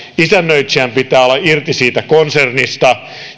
isännöitsijän pitää olla irti siitä konsernista